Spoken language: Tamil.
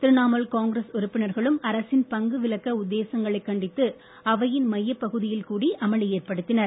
திரிணாமூல் காங்கிரஸ் உறுப்பினர்களும் அரசின் பங்கு விலக்க உத்தேசங்களைக் கண்டித்து அவையின் மையப் பகுதியில் கூடி அமளி ஏற்படுத்தினர்